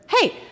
hey